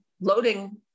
loading